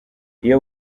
iyo